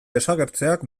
desagertzeak